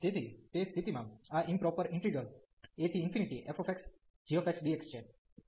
અને તે સ્થિતિમાં આ ઈમપ્રોપર ઈન્ટિગ્રલ afxgxdx છે